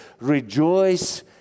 Rejoice